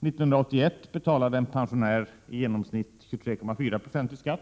1981 betalade en pensionär i genomsnitt 23,4 90 i skatt,